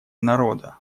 народа